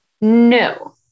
no